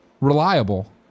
reliable